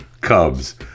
cubs